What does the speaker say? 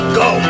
go